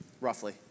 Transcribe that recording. roughly